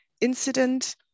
incident